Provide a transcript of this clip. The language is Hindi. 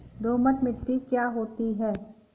दोमट मिट्टी क्या होती हैं?